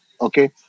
Okay